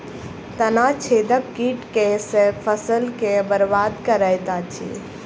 तना छेदक कीट केँ सँ फसल केँ बरबाद करैत अछि?